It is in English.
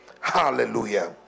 Hallelujah